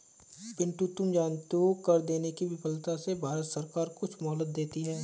पिंटू तुम जानते हो कर देने की विफलता से भारत सरकार कुछ मोहलत देती है